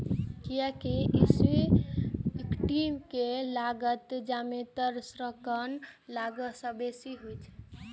कियैकि इक्विटी के लागत जादेतर ऋणक लागत सं बेसी होइ छै